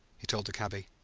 he told the cabby,